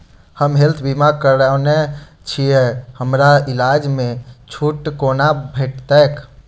हम हेल्थ बीमा करौने छीयै हमरा इलाज मे छुट कोना भेटतैक?